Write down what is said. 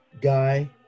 Guy